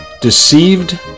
Deceived